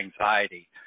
anxiety